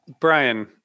Brian